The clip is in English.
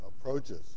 approaches